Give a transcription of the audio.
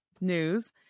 news